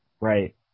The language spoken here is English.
Right